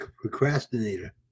procrastinator